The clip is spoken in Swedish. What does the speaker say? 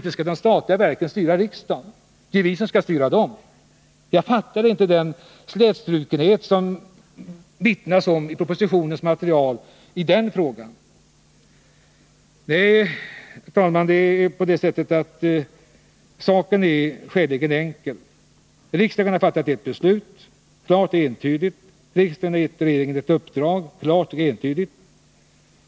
Inte skall de statliga verken styra riksdagen. Tvärtom är det vi som skall styra dem. Jag fattar inte den slätstrukenhet som propositionens material vittnar om i den här frågan. Herr talman! Saken är skäligen enkel. Riksdagen har fattat ett beslut som är klart och entydigt, och riksdagen har givit regeringen ett uppdrag som också är klart och entydigt.